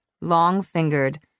long-fingered